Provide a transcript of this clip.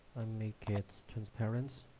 make it transparent.